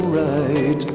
right